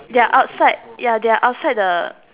ya outside ya they're outside the